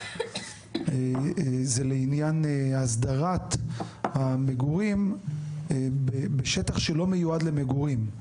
זה לעניין הסדרת המגורים בשטח שלא מיועד למגורים.